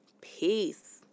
peace